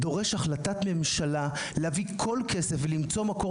דורש החלטת ממשלה להביא כל כסף ולמצוא מקור